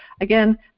Again